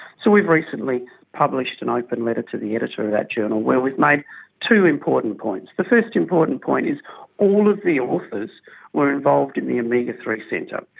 so we've recently published an open letter to the editor of that journal where we've made two important points. the first important point is all of the authors were involved in the omega three centre.